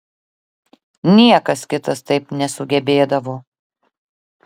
niekas kitas taip nesugebėdavo